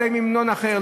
היה להם המנון אחר,